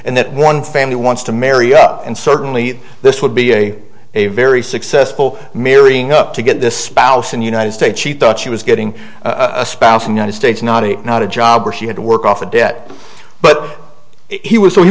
and that one family wants to marry up and certainly this would be a a very successful marrying up to get the spouse and united states she thought she was getting a spouse united states not a not a job or she had to work off a debt but he was so he